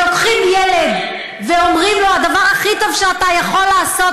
כשלוקחים ילד ואומרים לו: הדבר הכי טוב שאתה יכול לעשות,